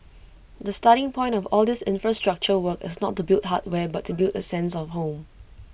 the starting point of all these infrastructure work is not to build hardware but to build A sense of home